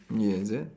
ya is it